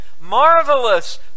marvelous